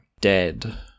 Dead